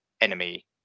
enemy